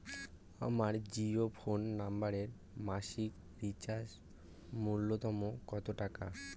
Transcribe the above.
আমার জিও ফোন নম্বরে মাসিক রিচার্জ নূন্যতম কত টাকা?